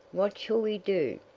what shall we do?